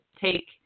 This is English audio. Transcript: take